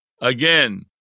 again